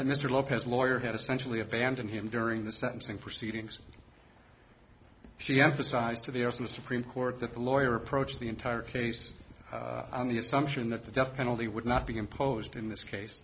to mr lopez lawyer had essentially abandoned him during the sentencing proceedings she emphasized to the us in the supreme court that the lawyer approached the entire case on the assumption that the death penalty would not be imposed in this case